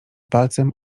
palcem